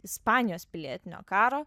ispanijos pilietinio karo